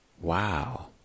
Wow